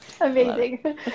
Amazing